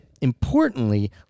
importantly